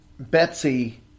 Betsy